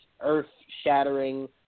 earth-shattering